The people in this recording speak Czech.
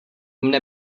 mne